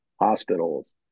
hospitals